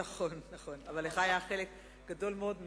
נכון, אבל לך היה חלק גדול מאוד.